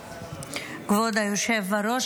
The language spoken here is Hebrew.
כבוד היושב בראש,